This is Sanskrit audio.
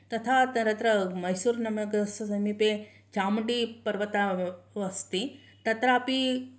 तथा तत्र मैसूरनगरस्य समीपे चामूण्डीपर्वतः अस्ति तत्रापि